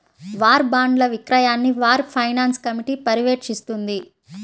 war బాండ్ల విక్రయాన్ని war finance committee పర్యవేక్షిస్తుంది